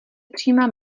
přímá